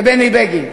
זה בני בגין.